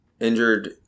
injured